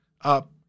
up